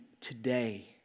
today